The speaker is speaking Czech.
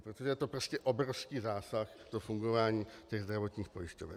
Protože je to prostě obrovský zásah do fungování zdravotních pojišťoven.